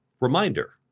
reminder